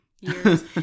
years